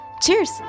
Cheers